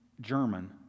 German